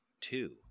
Two